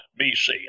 BC